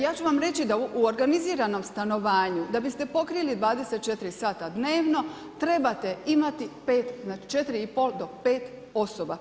Ja ću vam reći da u organiziranom stanovanju, da biste pokrili 24 sata dnevno, trebate imati 5, 4,5 do 5 osoba.